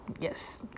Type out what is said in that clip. Yes